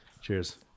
Cheers